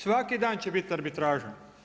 Svaki dan će biti arbitraža.